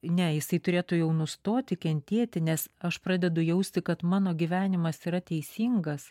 ne jisai turėtų jau nustoti kentėti nes aš pradedu jausti kad mano gyvenimas yra teisingas